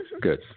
Good